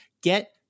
get